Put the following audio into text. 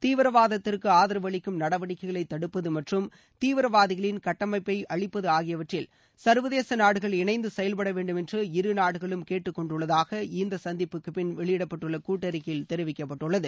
தீவிரவாதத்திற்கு ஆதரவு அளிக்கும் நடவடிக்கைகளை தடுப்பது மற்றும் தீவிரவாதிகளின் சட்டமைப்பை அழிப்பது அகியவற்றிறல் சா்வதேச நாடுகள் இணைந்து செயல்படவேண்டும் என்று இருநாடுகளும் கேட்டுக் கொண்டுள்ளதாக இந்த சந்திப்புக்கு பின் வெளியிடப்பட்டுள்ள கூட்டறிக்கையில தெரிவிக்கப்பட்டுள்ளது